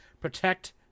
protect